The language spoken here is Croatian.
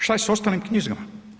Što je s ostalim knjigama?